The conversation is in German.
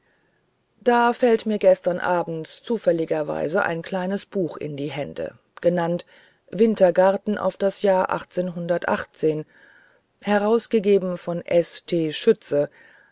da fällt mir gestern abends zufälligerweise ein kleines buch in die hände benannt wintergarten auf das jahr herausgegeben von st schütze